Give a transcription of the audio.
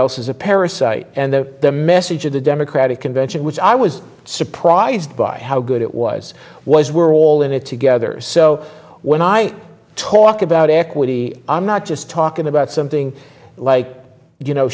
a parasite and the message of the democratic convention which i was surprised by how good it was was we're all in it together so when i talk about equity i'm not just talking about something like you know